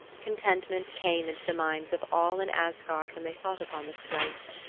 contentment came into the minds of all in asgard when they thought upon this place.